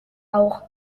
auch